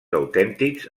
autèntics